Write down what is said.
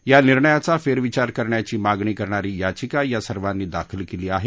या निर्णयाचा फेरविचार करण्याची मागणी करणारी याचिका या सर्वांनी दाखल केली आहे